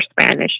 Spanish